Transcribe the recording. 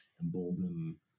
embolden